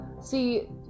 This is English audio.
see